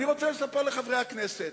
אני רוצה לספר לחברי הכנסת,